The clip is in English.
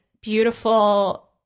beautiful